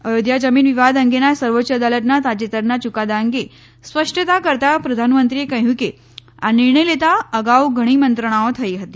અયોધ્યા જમીન વિવાદ અંગેના સર્વોચ્ય અદાલતના તાજેતરના યુકાદા અંગે સ્પષ્ટતા કરતા પ્રધાનમંત્રીએ કહયું કે આ નિર્ણય લેતાં અગાઉ ઘણી મંત્રણાઓ થઇ હતી